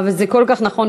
אבל זה כל כך נכון,